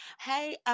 Hey